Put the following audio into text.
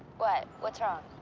what? what's wrong?